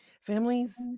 families